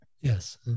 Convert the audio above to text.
yes